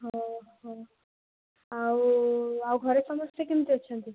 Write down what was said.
ହଉ ହଉ ଆଉ ଆଉ ଘରେ ସମସ୍ତେ କେମିତି ଅଛନ୍ତି